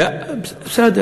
זה מס פרוגרסיבי.